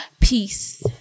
peace